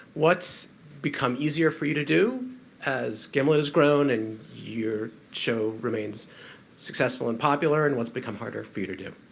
what's become easier for you to do as gimlet has grown and your show remains successful and popular? and what's become harder for you to do?